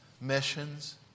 Missions